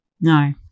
No